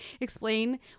explain